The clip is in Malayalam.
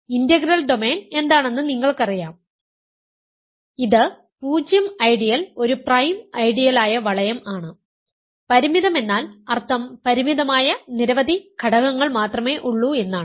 ഇന്റഗ്രൽ ഡൊമെയ്ൻ എന്താണെന്ന് നിങ്ങൾക്കറിയാം ഇത് പൂജ്യ ഐഡിയൽ ഒരു പ്രൈം ഐഡിയലായ വളയം ആണ് പരിമിതമെന്നാൽ അർത്ഥം പരിമിതമായ നിരവധി ഘടകങ്ങൾ മാത്രമേ ഉള്ളൂ എന്നാണ്